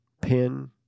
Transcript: pin